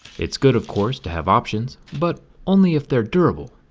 it's good of course to have options, but only if they're durable.